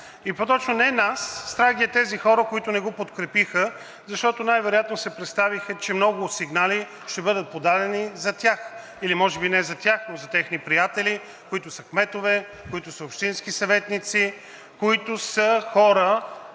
и по-точно не нас, а ги е страх тези хора, които не го подкрепиха, защото най-вероятно си представиха, че много сигнали ще бъдат подадени за тях или може би не за тях, но за техни приятели, които са кметове, които са общински съветници, които са хора,